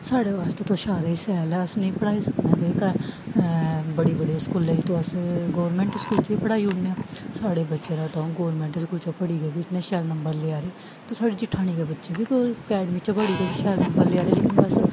साढ़े बास्तै तुस सारे शैल ऐ अस नेईं पढ़ाई सकने आं भाई घ बड़े बड़े स्कूलें च ते अस गौरमेंट स्कूल च पढ़ाई ओड़ने आं साढ़े बच्चें दा तां' गौरमेंट स्कूल च पढ़ी गै बी इतने शैल नंबर लेआ दे ते साढ़े जठानी गै बच्चे बी अकैडमी च पढ़ी गै बी शैल नंबर लेआ दे लेकिन बस